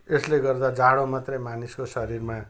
यसले गर्दा जाडो मात्र मानिसको शरीरमा